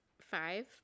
five